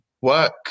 work